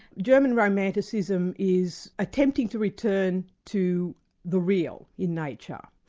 german romanticism is attempting to return to the real in nature.